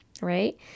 right